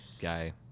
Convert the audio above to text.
guy